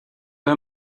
her